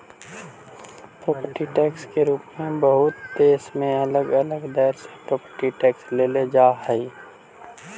property tax के रूप में बहुते देश में अलग अलग दर से प्रॉपर्टी टैक्स लेल जा हई